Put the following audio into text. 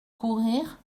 courir